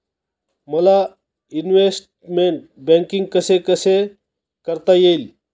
मला investment banking कसे कसे करता येईल?